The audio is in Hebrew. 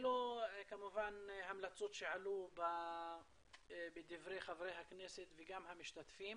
אלה ההמלצות שעלו בדברי חברי הכנסת וגם המשתתפים,